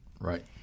Right